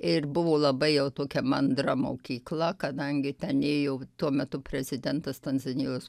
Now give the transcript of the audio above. ir buvo labai jau tokia mandra mokykla kadangi ten ėjo tuo metu prezidentas tanzanijos